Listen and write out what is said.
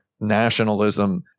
nationalism